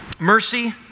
Mercy